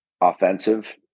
offensive